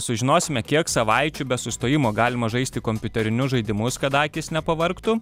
sužinosime kiek savaičių be sustojimo galima žaisti kompiuterinius žaidimus kad akys nepavargtų